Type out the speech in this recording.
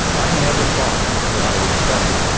i never thought that i would ever,